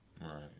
Right